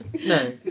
No